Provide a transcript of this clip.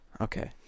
Okay